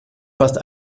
fast